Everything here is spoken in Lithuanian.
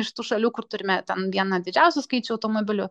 iš tų šalių kur turime ten vieną didžiausių skaičių automobilių